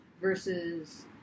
versus